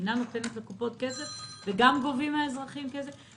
המדינה נותנת לקופות החולים כסף וגם גובים מן האזרחים כסף?